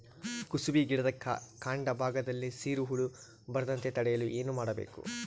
ಕುಸುಬಿ ಗಿಡದ ಕಾಂಡ ಭಾಗದಲ್ಲಿ ಸೀರು ಹುಳು ಬರದಂತೆ ತಡೆಯಲು ಏನ್ ಮಾಡಬೇಕು?